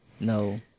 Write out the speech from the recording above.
No